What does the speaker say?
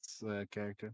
character